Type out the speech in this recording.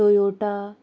Toyota